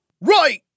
Right